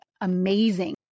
amazing